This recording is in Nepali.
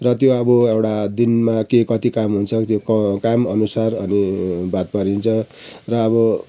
र त्यो अब एउटा दिनमा के कति काम हुन्छ त्यो क काम अनुसार अनि बात मारिन्छ र अब